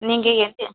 நீங்கள் எது